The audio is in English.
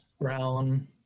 Brown